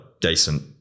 decent